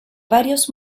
varios